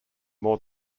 more